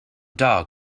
dog